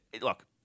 look